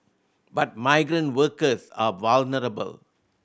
but migrant workers are vulnerable